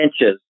inches